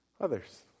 Others